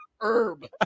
Herb